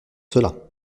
cela